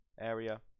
area